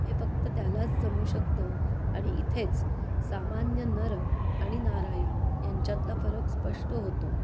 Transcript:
हे फक्त त्यालाच जमू शकतं आणि इथेच सामान्य नर आणि नारायण यांच्यातला फरक स्पष्ट होतो